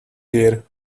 here